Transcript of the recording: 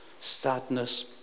sadness